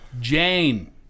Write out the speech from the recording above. Jane